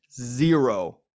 zero